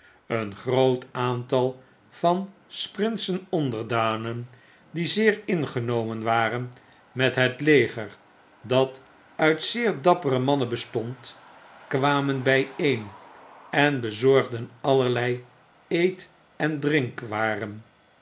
een groot aantal van s prinsen onderdanen die zeer ingenomen waren met het leger dat uit zeer dappere mannen bestond kwamen byeen en bezorgdenallerleieet endrinkwaren